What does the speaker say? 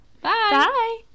Bye